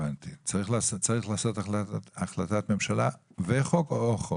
צריך לעשות החלטת ממשלה וחוק או רק חוק?